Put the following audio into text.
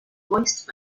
voiced